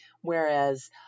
Whereas